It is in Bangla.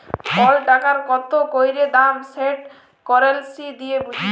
কল টাকার কত ক্যইরে দাম সেট কারেলসি দিঁয়ে বুঝি